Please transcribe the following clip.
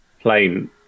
plane